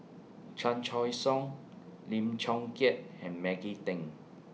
Chan Choy Siong Lim Chong Keat and Maggie Teng